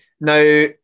Now